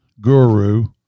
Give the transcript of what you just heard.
guru